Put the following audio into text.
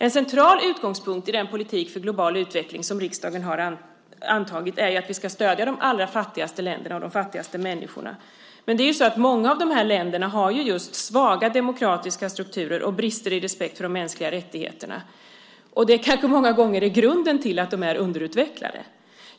En central utgångspunkt i den politik för global utveckling som riksdagen har antagit är att vi ska stödja de allra fattigaste länderna och de fattigaste människorna. Många av de länderna har svaga demokratiska strukturer och brister i respekt för de mänskliga rättigheterna. Det kanske många gånger är grunden till att de är underutvecklade.